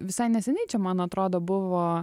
visai neseniai čia man atrodo buvo